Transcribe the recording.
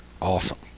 awesome